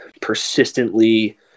persistently